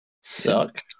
Suck